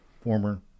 former